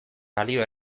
balio